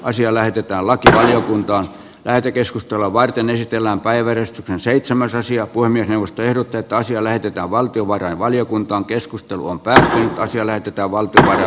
asia lähetetään laki antaa lähetekeskustelua varten etelänpäivänä seitsemäs ensiapuvalmius tehdä työtä asian eteen ja toivottavasti saadaan asioita sitä kautta paremmalle tolalle